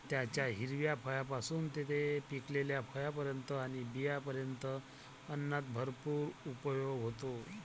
त्याच्या हिरव्या फळांपासून ते पिकलेल्या फळांपर्यंत आणि बियांपर्यंत अन्नात भरपूर उपयोग होतो